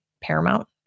paramount